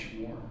more